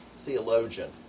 theologian